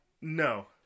No